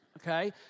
okay